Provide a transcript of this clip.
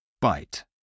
Bite